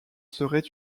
serait